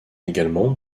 également